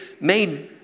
made